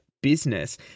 business